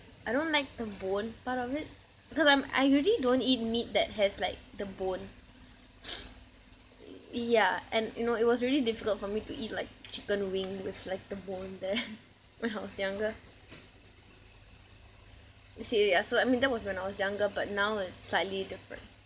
I don't like the bone part of it because I'm I usually don't eat meat that has like the bone yeah and you know it was really difficult for me to eat like chicken wing with like the bone there when I was younger you see ya so I mean that was when I was younger but now it's slightly different